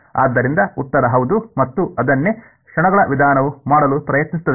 ಆದ್ದರಿಂದ ಉತ್ತರ ಹೌದು ಮತ್ತು ಅದನ್ನೇ ಕ್ಷಣಗಳ ವಿಧಾನವು ಮಾಡಲು ಪ್ರಯತ್ನಿಸುತ್ತದೆ